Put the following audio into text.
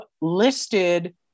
listed